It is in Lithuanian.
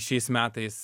šiais metais